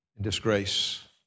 disgrace